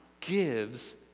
gives